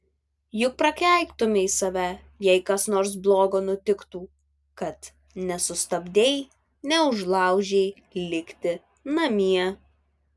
juk prakeiktumei save jei kas nors blogo nutiktų kad nesustabdei neužlaužei likti namie